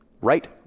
right